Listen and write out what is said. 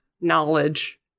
knowledge